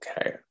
Okay